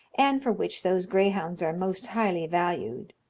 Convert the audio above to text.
and for which those greyhounds are most highly valued,